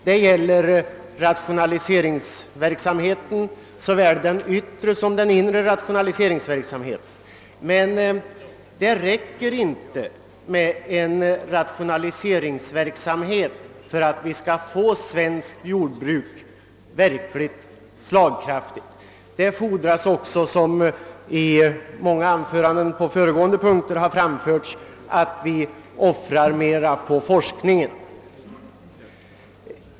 Detta gäller bl.a. rationaliseringsverksamheten, såväl den yttre som den inre. Men det räcker inte med rationaliseringar för att svenskt jordbruk skall bli verkligt slagkraftigt. Det krävs också, såsom har anförts av många talare vid behandlingen av föregående punkter, att vi offrar mer på forskningen.